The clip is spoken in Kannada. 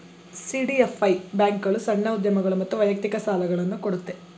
ಸಿ.ಡಿ.ಎಫ್.ಐ ಬ್ಯಾಂಕ್ಗಳು ಸಣ್ಣ ಉದ್ಯಮಗಳು ಮತ್ತು ವೈಯಕ್ತಿಕ ಸಾಲುಗಳನ್ನು ಕೊಡುತ್ತೆ